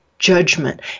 judgment